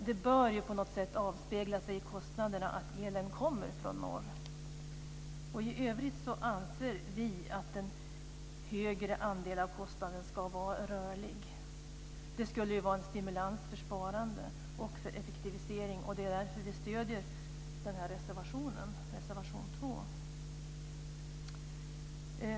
Det bör ju på något sätt avspegla sig i kostnaderna att elen kommer från norr. I övrigt anser vi att en större andel av kostnaden ska vara rörlig. Det skulle vara en stimulans för sparande och för effektivisering. Det är därför som vi stöder reservation 2.